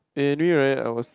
they knew it right I was